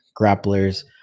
grapplers